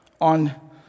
on